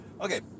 Okay